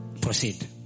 Proceed